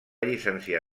llicenciar